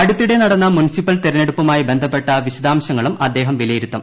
അടുത്തിടെ നടന്ന മുനിസിപ്പൽ തെരഞ്ഞെടുപ്പുമായി ബന്ധപ്പെട്ട വിശദാംശങ്ങളും അദ്ദേഹം വിലയിരുത്തും